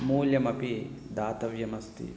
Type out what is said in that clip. मूल्यमपि दातव्यमस्ति